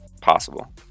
possible